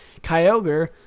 Kyogre